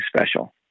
special